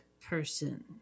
person